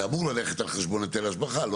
זה אמור ללכת על חשבון היטל השבחה.